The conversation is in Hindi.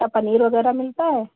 क्या पनीर वग़ैरह मिलता है